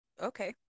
okay